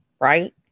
Right